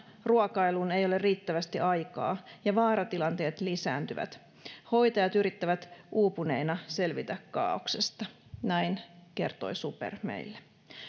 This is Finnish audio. ruokailuun ei ole riittävästi aikaa ja vaaratilanteet lisääntyvät hoitajat yrittävät uupuneina selvitä kaaoksesta näin kertoi super meille